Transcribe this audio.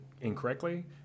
incorrectly